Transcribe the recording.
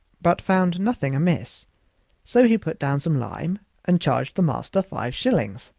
but found nothing amiss so he put down some lime and charged the master five shillings,